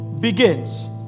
Begins